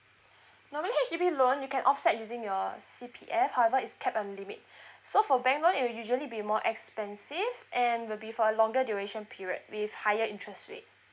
normally H_D_B loan you can offset using your C_P_F however is cap a limit so for bank loan it'll usually be more expensive and will be for a longer duration period with higher interest rate